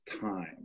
time